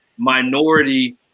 minority